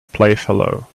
playfellow